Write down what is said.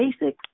basic